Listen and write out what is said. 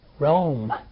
Rome